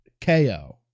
KO